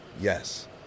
Yes